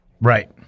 Right